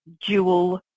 dual